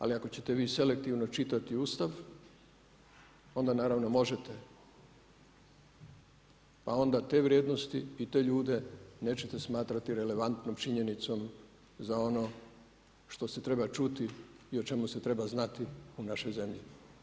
Ali ako ćete vi selektivno čitati Ustav, onda naravno možete pa onda te vrijednosti i te ljude nećete smatrati relevantnom činjenicom za ono što se treba čuti i o čemu se treba znati u našoj zemlji.